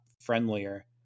friendlier